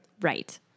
Right